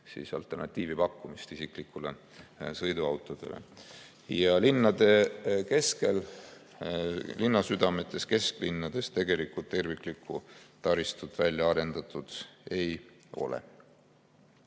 alternatiivi pakkumise eesmärki. Ja linnade keskel, linnasüdametes, kesklinnades tegelikult terviklikku taristut välja arendatud ei ole.